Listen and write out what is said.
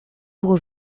było